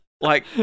Like-